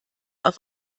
auf